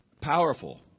Powerful